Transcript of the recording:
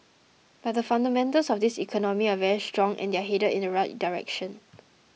but the fundamentals of this economy are very strong and they're headed in the right direction